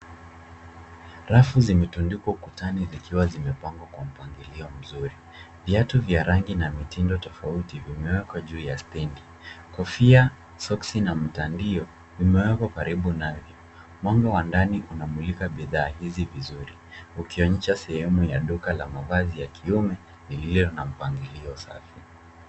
Rafu zimetundikwa ukutani zikiwa zimepangwa kwa mpangilio mzuri. Viatu vya rangi na mitindo tofauti vimewekwa juu ya stendi. Kofia, soksi na mtandio zimewekwa karibu navyo. Mwanga wa ndani unamulika bidhaa hizi vizuri ukionyesha sehemu ya duka la mavazi ya kiume lililo na mpangilio safi.